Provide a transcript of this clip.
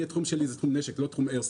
התחום שלי זה תחום נשק ולא תחום איירסופט.